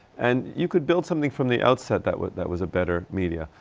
and you could build something from the outset that was, that was a better media.